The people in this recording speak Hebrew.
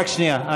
רק שנייה,